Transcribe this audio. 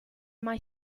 mai